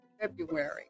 February